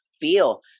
feel